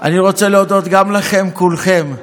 אני רוצה להודות גם לכם, לכולכם,